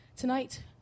Tonight